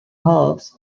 health